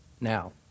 Now